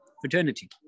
fraternity